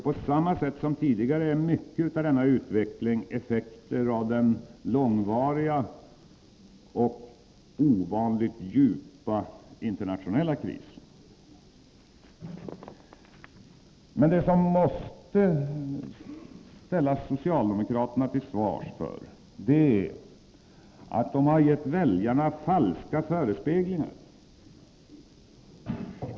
På samma sätt som tidigare är ju mycket av denna utveckling effekter av den långvariga och ovanligt djupa internationella krisen. Men det man måste ställa socialdemokraterna till svars för är att de har gett väljarna falska förespeglingar.